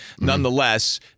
Nonetheless